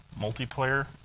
multiplayer